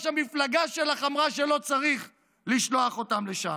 המפלגה שלך אמרה שלא צריך לשלוח אותם לשם.